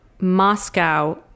Moscow